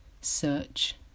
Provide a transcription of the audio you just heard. search